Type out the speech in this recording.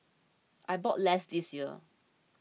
I bought less this year